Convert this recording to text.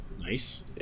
Nice